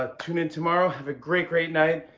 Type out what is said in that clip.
ah tune in tomorrow. have a great, great night.